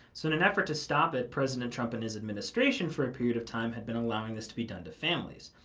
so in an effort to stop it, president trump and his administration for a period of time had been allowing this to be done to families.